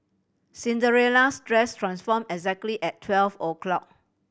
Cinderella's dress transform exactly at twelve o' clock